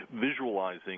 visualizing